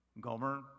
Gomer